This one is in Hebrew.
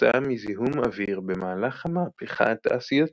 כתוצאה מזיהום אוויר במהלך המהפכה התעשייתית.